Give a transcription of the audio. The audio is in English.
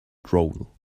drool